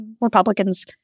Republicans